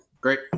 Great